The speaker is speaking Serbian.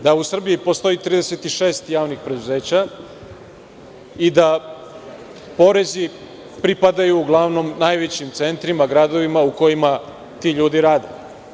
Da u Srbiji postoji 36 javnih preduzeća i da porezi pripadaju, uglavnom, najvećim centrima gradovima, u kojima ti ljudi rade.